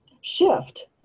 Shift